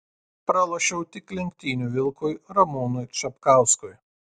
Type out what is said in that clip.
pralošiau tik lenktynių vilkui ramūnui čapkauskui